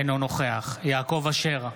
אינו נוכח יעקב אשר,